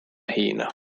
hiina